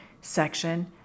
section